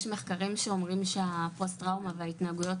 יש מחקרים שאומרים שהפוסט טראומה וההתנהגויות